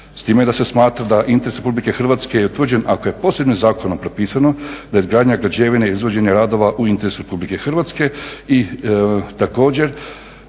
s time da se smatra da interes Republike Hrvatske je utvrđen ako je posebnim zakonom propisano da je izgradnja građevine i izvođenje radova u interesu Republike Hrvatske. I također